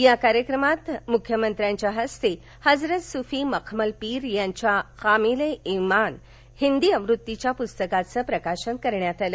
या कार्यक्रमात मुख्यमंत्र्यांच्या हस्ते हजरत सुफी मखमल पीर यांच्या कामील ए मान हिंदी आवृत्तीच्या पुस्तकाचे प्रकाशन करण्यात आले